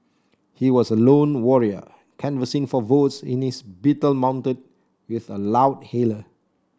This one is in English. he was a lone warrior canvassing for votes in his Beetle mounted with a loudhailer